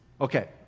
Okay